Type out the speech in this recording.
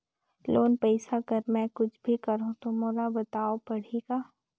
Loan पइसा कर मै कुछ भी करहु तो मोला बताव पड़ही का?